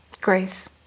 Grace